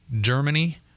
Germany